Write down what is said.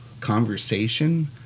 conversation